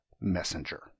Messenger